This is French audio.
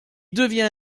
devient